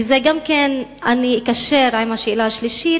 ואני גם אקשר את זה עם השאלה השלישית,